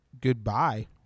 goodbye